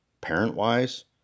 parent-wise